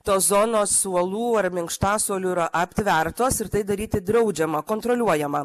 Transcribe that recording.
tos zonos suolų ar minkštasuolių yra aptvertos ir tai daryti draudžiama kontroliuojama